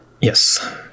Yes